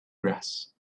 grass